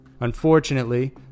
Unfortunately